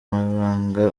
mabanga